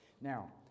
Now